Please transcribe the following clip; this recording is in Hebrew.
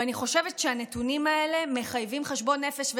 ואני חושבת שהנתונים האלה מחייבים חשבון נפש.